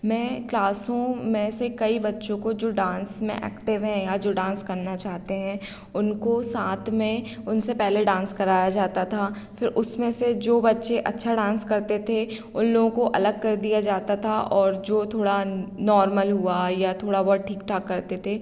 में क्लासरूम में से कई बच्चों को जो डांस में एक्टिव हैं या जो डांस करना चाहते हैं उनको साथ में उनसे पहले डांस कराया जाता था फ़िर उसमें से जो बच्चे अच्छा डांस करते थे उन लोगों को अलग कर दिया जाता था और जो थोड़ा नॉर्मल हुआ या थोड़ा बहुत ठीक ठाक करते थे